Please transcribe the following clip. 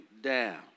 down